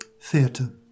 Theatre